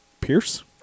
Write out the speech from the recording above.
Pierce